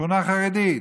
שכונה חרדית.